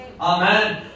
Amen